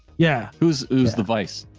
yeah. who's who's the vice.